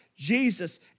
Jesus